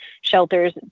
shelters